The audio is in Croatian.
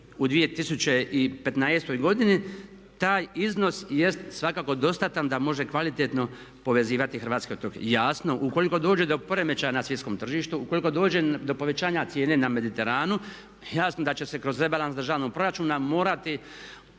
u 2015. godini taj iznos jest svakako dostatan da može kvalitetno povezivati hrvatske otoke. Jasno ukoliko dođe do poremećaja na svjetskom tržištu, ukoliko dođe do povećanje cijene na mediteranu jasno da će se kroz rebalans državnog proračuna morati usklađivati